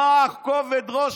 מה כובד הראש?